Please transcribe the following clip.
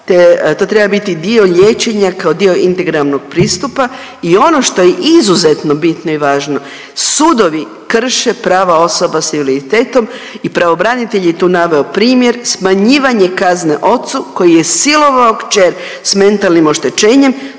to treba biti dio liječenja kao dio integralnog pristupa i ono što je izuzetno bitno i važno, sudovi krše prava osoba s invaliditetom i pravobranitelj je tu naveo primjer, smanjivanje kazne ocu koji je silovao kćer s mentalnim oštećenjem